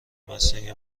مصنوعی